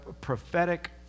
prophetic